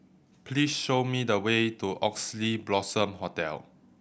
please show me the way to Oxley Blossom Hotel